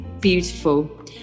beautiful